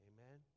Amen